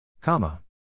Comma